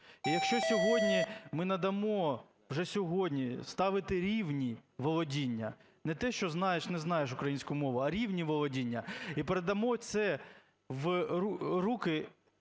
І якщо сьогодні ми надамо, вже сьогодні, ставити рівні володіння, не те що, знаєш, не знаєш українську мову, а рівні володіння, і передамо це в руки